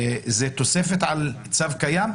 זאת תוספת על צו קיים?